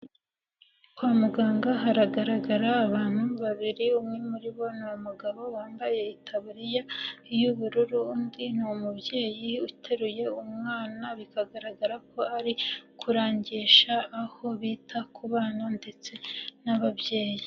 Kwa muganga haragaragara abantu babiri umwe muri bo ni umugabo wambaye itaburiya y'ubururu, undi ni umubyeyi uteruye umwana, bikagaragara ko ari kurangisha aho bita ku bana ndetse n'ababyeyi.